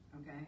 Okay